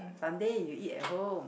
Sunday you eat at home